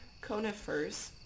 conifers